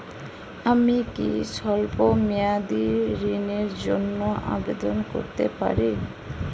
আমি কি স্বল্প মেয়াদি ঋণের জন্যে আবেদন করতে পারি?